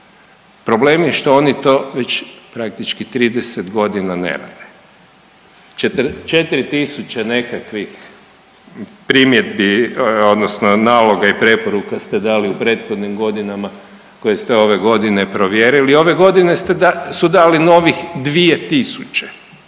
Problem je što oni to već praktički 30 godina ne rade. 4 tisuće nekakvih primjedbi odnosno naloga i preporuka ste dali u prethodnim godinama koje ste ove godine provjerili, ove godine su dali novih 2000.